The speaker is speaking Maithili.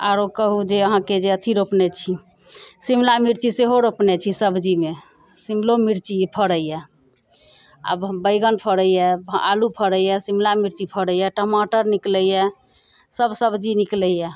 आओरो कहु जे अहाँके जे अथी रोपने छी शिमलामिर्ची सेहो रोपने छी सब्जीमे शिमलोमिर्ची फड़ैया आब हम बैगन फड़ैया आलू फड़ैया शिमलामिर्ची फड़ैया टमाटर निकलैया सभ सब्जी निकलैया